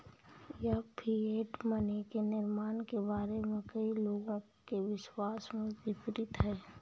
यह fiat money के निर्माण के बारे में कई लोगों के विश्वास के विपरीत है